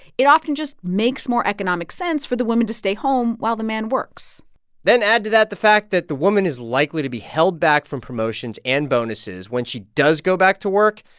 it often just makes more economic sense for the woman to stay home while the man works then, add to that the fact that the woman is likely to be held back from promotions and bonuses when she does go back to work,